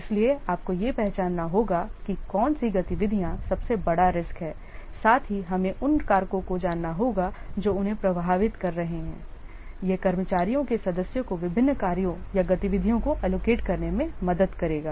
इसलिए आपको यह पहचानना होगा कि कौन सी गतिविधियाँ सबसे बड़ा रीस्क हैं साथ ही हमें उन कारकों को जानना होगा जो उन्हें प्रभावित कर रहे हैंयह कर्मचारियों के सदस्यों को विभिन्न कार्यों या गतिविधियों को एलोकेट करने में मदद करेगा